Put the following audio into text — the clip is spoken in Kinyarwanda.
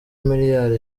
miliyari